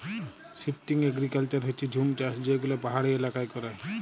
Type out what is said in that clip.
shifting agriculture হচ্যে জুম চাষ যে গুলা পাহাড়ি এলাকায় ক্যরে